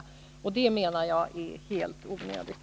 Det menar jag är helt onödigt.